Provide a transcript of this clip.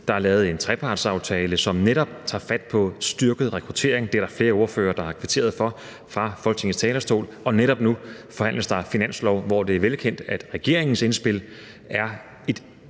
Der er lavet en trepartsaftale, som netop tager fat på styrket rekruttering. Det er der flere ordførere der har kvitteret for fra Folketingets talerstol, og netop nu forhandles der finanslov, hvor det er velkendt, at regeringens indspil er et